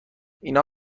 اینا